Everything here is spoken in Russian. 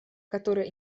которые